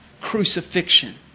Crucifixion